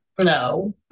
no